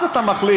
אז אתה מחליט.